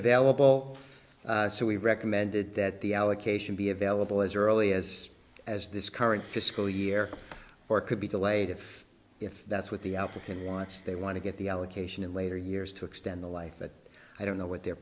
available so we recommended that the allocation be available as early as as this current fiscal year or could be delayed if if that's what the african wants they want to get the allocation in later years to extend the life but i don't know what their